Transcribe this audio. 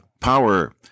power